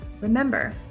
Remember